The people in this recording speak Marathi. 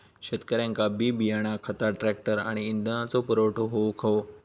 शेतकऱ्यांका बी बियाणा खता ट्रॅक्टर आणि इंधनाचो पुरवठा होऊक हवो